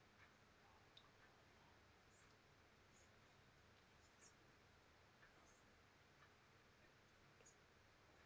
uh